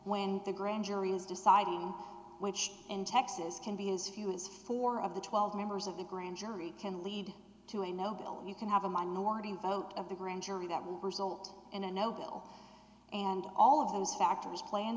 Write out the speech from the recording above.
when the grand jury is deciding which in texas can be as few as four of the twelve members of the grand jury can lead to a nobel and you can have a minority vote of the grand jury that will result in a noble and all of those factors pla